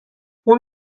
اون